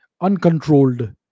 uncontrolled